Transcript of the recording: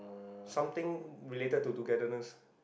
something related to togetherness